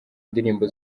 ndirimbo